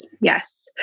Yes